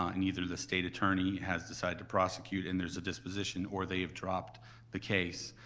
and either the state attorney has decided to prosecute and there's a disposition or they have dropped the case,